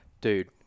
dude